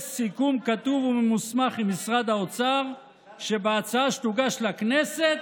יש סיכום כתוב וממוסמך עם משרד האוצר שבהצעה שתוגש לכנסת